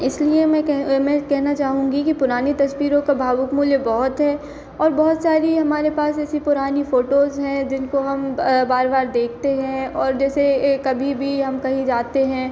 इसलिए मैं कह मैं कहना चाहूँगी कि पुरानी तस्वीरों का भावुक मूल्य बहुत है और बहुत सारी हमारे पास ऐसी पुरानी फ़ोटोस हैं जिनको हम बार बार देखते हैं और जैसे एक कभी भी हम कहीं जाते हैं